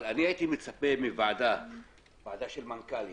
אבל הייתי מצפה מוועדה של מנכ"לים